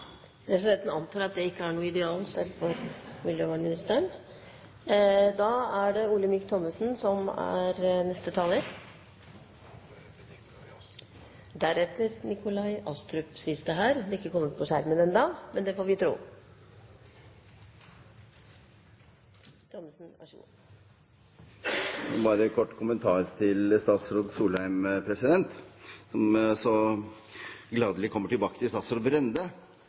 Presidenten antar at det ikke er noe ideal, selv for miljøvernministeren. Bare en kort kommentar til statsråd Solheim, som så gladelig kommer tilbake til tidligere statsråd Brende.